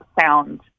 sound